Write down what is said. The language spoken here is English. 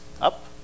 up